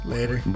Later